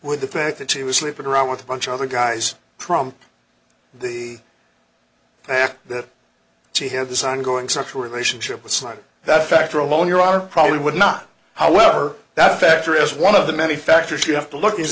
would the fact that she was sleeping around with a bunch of other guys trump the fact that she had this ongoing sexual relationship with someone that factor alone your are probably would not however that factor is one of the many factors you have to look is